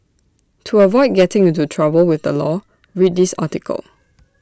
to avoid getting into trouble with the law read this article